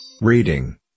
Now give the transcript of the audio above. Reading